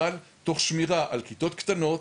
אבל תוך שמירה על כיתות קטנות,